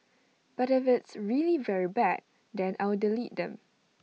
but if it's really very bad then I'll delete them